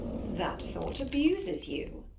that thought abuses you.